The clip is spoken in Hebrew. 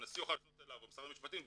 הנשיא יפנה אליו או משרד המשפטים,